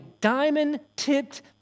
diamond-tipped